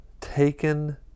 taken